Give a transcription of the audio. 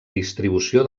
distribució